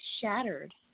Shattered